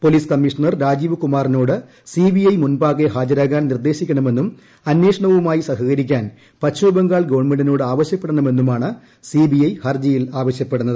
police commissioner Rajeev കുമാറിനോട് CBI മുമ്പാകെ ഹാജരാകാൻ നിർദ്ദേശിക്കണമെന്നും അന്വേഷണവുമായി സഹകരിക്കാൻ പശ്ചിമബംഗാൾ ഗവൺമെന്റിനോട് ആവശ്യപ്പെടണമെന്നുമാണ് സിബിഐ ഹർജിയിൽ ആവശ്യപ്പെടുന്നത്